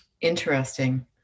Interesting